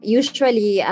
usually